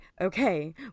okay